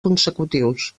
consecutius